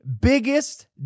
biggest